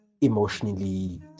emotionally